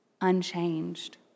unchanged